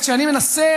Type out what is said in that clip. אז כשאני מנסה,